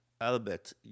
Albert